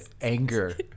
anger